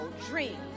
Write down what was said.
dream